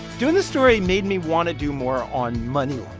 doing this story made me want to do more on money